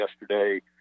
yesterday